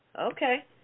okay